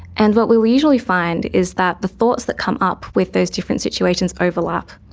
and what we we usually find is that the thoughts that come up with those different situations overlap.